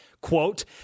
quote